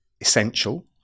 essential